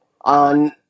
on